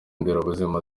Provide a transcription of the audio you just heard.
nderabuzima